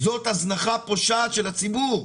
זאת הזנחה פושעת של הציבור.